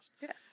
Yes